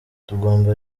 tugomba